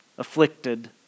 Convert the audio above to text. afflicted